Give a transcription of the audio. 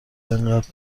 انقد